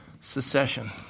secession